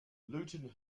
luton